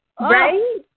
Right